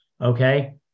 okay